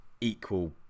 equal